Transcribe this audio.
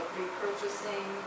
repurchasing